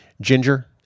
Ginger